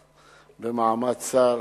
השר במעמד שר,